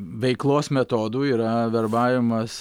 veiklos metodų yra verbavimas